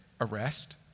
arrest